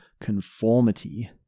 conformity